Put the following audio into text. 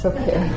okay